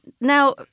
Now